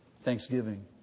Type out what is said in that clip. Thanksgiving